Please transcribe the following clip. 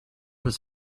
was